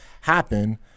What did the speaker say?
happen